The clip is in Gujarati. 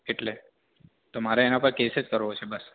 એટલે તો મારે એના પર કેસ જ કરવો છે બસ